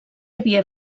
havia